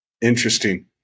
Interesting